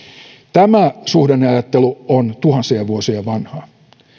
tämä suhdanneajattelu on tuhansia vuosia vanhaa